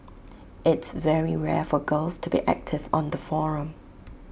it's very rare for girls to be active on the forum